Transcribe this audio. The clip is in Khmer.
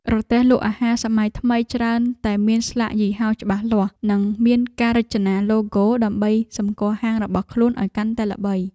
រទេះលក់អាហារសម័យថ្មីច្រើនតែមានស្លាកយីហោច្បាស់លាស់ និងមានការរចនាឡូហ្គោដើម្បីសម្គាល់ហាងរបស់ខ្លួនឱ្យកាន់តែល្បី។